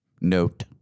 note